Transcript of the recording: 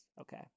Okay